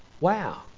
Wow